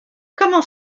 comment